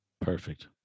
Perfect